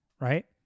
right